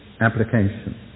application